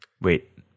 Wait